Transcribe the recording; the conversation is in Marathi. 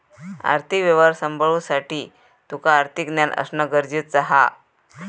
आर्थिक व्यवहार सांभाळुसाठी तुका आर्थिक ज्ञान असणा गरजेचा हा